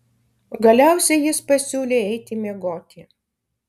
galiausiai jis pasiūlė eiti miegoti